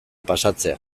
pasatzea